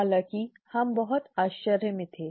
हालाँकि हम बहुत आश्चर्य में थे